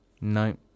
No